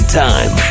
time